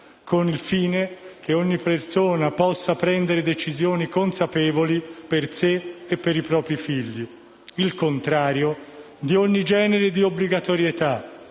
con il fine che ogni persona possa prendere decisioni consapevoli per sé e per i propri figli; il contrario di ogni genere di obbligatorietà.